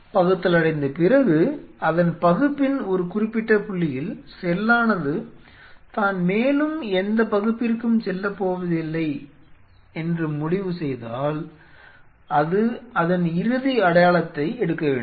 பகுத்தலடைந்த பிறகு அதன் பகுப்பின் ஒரு குறிப்பிட்ட புள்ளியில் செல்லானது தான் மேலும் எந்தப் பகுப்பிற்கும் செல்லப் போவதில்லை என்று முடிவு செய்தால் அது அதன் இறுதி அடையாளத்தை எடுக்க வேண்டும்